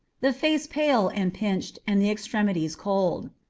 the face pale and pinched, and the extremities cold.